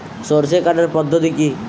সরষে কাটার পদ্ধতি কি?